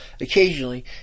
Occasionally